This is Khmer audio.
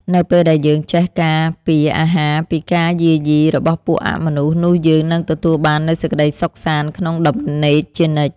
នៅពេលដែលយើងចេះការពារអាហារពីការយាយីរបស់ពួកអមនុស្សនោះយើងនឹងទទួលបាននូវសេចក្តីសុខសាន្តក្នុងដំណេកជានិច្ច។